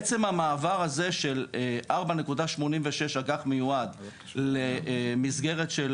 עצם המעבר הזה של 4.86% אג"ח מיועד למסגרת של